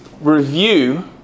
review